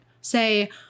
Say